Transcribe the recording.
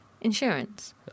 insurance